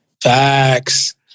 Facts